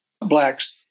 blacks